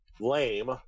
Lame